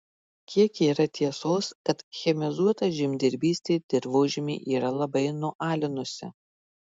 kiek yra tiesos kad chemizuota žemdirbystė dirvožemį yra labai nualinusi